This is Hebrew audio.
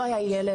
לא היה ילד.